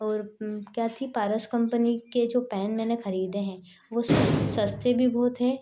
और क्या थी पारस कम्पनी के जो पेन मैंने खरीदे हैं वह सस्ते भी बहुत है